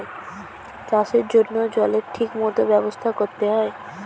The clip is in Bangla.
চাষের জন্য জলের ঠিক মত ব্যবস্থা করতে হয়